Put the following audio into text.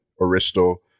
Aristo